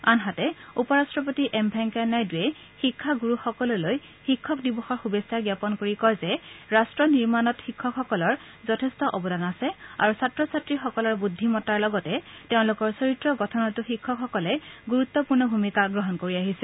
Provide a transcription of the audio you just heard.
আনহাতে উপ ৰাষ্ট্ৰপতি এম ভেংকায়া নাইডুৱে শিক্ষাণুৰুসকললৈ শিক্ষক দিৱসৰ শুভেচ্ছা জ্ঞাপন কৰি কয় যে ৰট্ট নিৰ্মাণত শিক্ষাসকলৰ যথেষ্ট অবদান আছে আৰু ছাত্ৰ ছাত্ৰীসকলৰ বুদ্ধিমত্তাৰ লগতে তেওঁলোকৰ চৰিত্ৰ গঠনতো শিক্ষকসকলে গুৰুত্পূৰ্ণ ভূমিকা গ্ৰহণ কৰি আহিছে